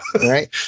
Right